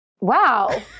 Wow